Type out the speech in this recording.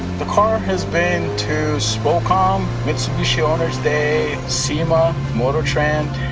the car has been to spocom mitsubishi owners day, sema, motor trend,